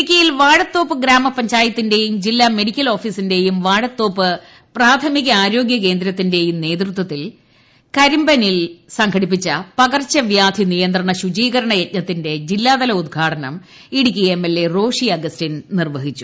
ഇടുക്കിയിൽ വാഴത്തോപ്പ് ഗ്രാമ പഞ്ചായ ത്തിന്റെയും ജില്ലാ മെഡിക്കൽ ഓഫീസിന്റെയും വാഴത്തോപ്പ് പ്രാഥമിക ആരോഗ്യ കേന്ദ്രത്തിന്റെയും നേതൃത്വത്തിൽ കരിമ്പനിൽ സംഘടിപ്പിച്ച പകർച്ച വ്യാധി നിയന്ത്രണ ശുചികരണ യജ്ഞത്തിന്റെ ജില്ലാതല ഉദ്ഘാടനം ഇടുക്കി എംഎൽഎ റോഷി അഗസ്റ്റിൻ നിർവഹിച്ചു